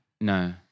No